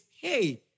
hey